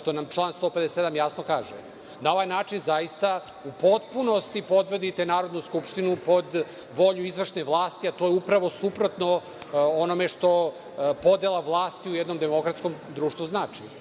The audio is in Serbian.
što nam član 157. jasno kaže. Na ovaj način zaista u potpunosti podvodite Narodnu skupštinu pod volju izvršne vlasti, a to je upravo suprotno onome što podela vlasti u jednom demokratskom društvu znači.